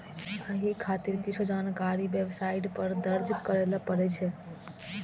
एहि खातिर किछु जानकारी वेबसाइट पर दर्ज करय पड़ै छै